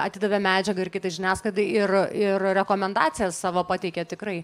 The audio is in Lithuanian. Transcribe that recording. atidavė medžiagą ir kitai žiniasklaidai ir ir rekomendacijas savo pateikė tikrai